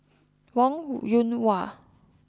Wong Yoon Wah